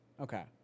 Okay